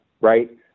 right